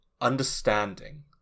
understanding